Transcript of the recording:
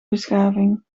beschaving